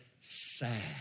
sad